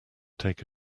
take